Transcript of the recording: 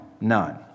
none